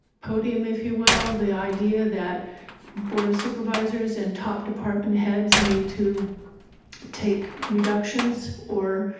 podium if you will, the idea that board of supervisors and top department heads need to take reductions or